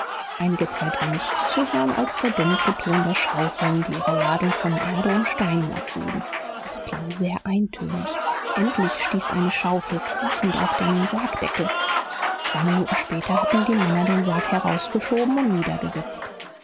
einige zeit war nichts zu hören als der dumpfe ton der schaufeln die ihre ladung von erde und steinen abluden es klang sehr eintönig endlich stieß eine schaufel krachend auf den sargdeckel zwei minuten später hatten die männer den sarg herausgeschoben und